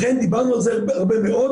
לכן דיברנו על זה הרבה מאוד,